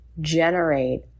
generate